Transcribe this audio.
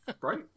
Right